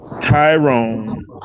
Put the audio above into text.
Tyrone